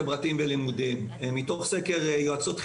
חברתיים ולימודיים מתוך סקר יועצות חינוכיות,